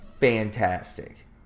Fantastic